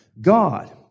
God